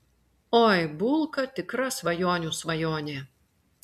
oi bulka tikra svajonių svajonė